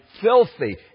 filthy